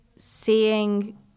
seeing